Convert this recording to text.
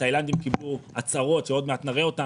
התאילנדים קיבלו הצהרות שעוד מעט נראה אותן